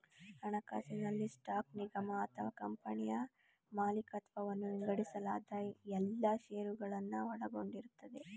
ಹಣಕಾಸಿನಲ್ಲಿ ಸ್ಟಾಕ್ ನಿಗಮ ಅಥವಾ ಕಂಪನಿಯ ಮಾಲಿಕತ್ವವನ್ನ ವಿಂಗಡಿಸಲಾದ ಎಲ್ಲಾ ಶೇರುಗಳನ್ನ ಒಳಗೊಂಡಿರುತ್ತೆ